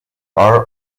are